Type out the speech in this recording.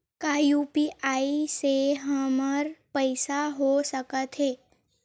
का यू.पी.आई से हमर पईसा हो सकत हे?